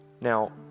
Now